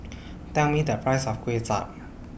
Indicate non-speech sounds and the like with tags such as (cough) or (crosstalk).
(noise) Tell Me The Price of Kway Chap